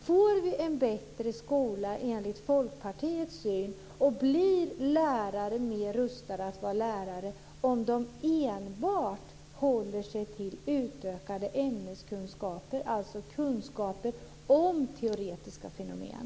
Får vi en bättre skola enligt Folkpartiets syn, och blir lärare bättre rustade att vara lärare, om lärarna enbart håller sig till utökade ämneskunskaper, alltså kunskaper om teoretiska fenomen?